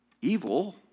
evil